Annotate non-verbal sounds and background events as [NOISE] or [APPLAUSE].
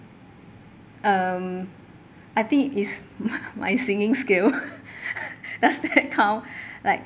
um I think it's [LAUGHS] my singing skill [LAUGHS] does that count like